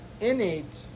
innate